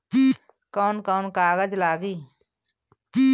कौन कौन कागज लागी?